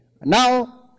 Now